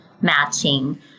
matching